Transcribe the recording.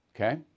Okay